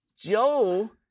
Joe